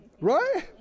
Right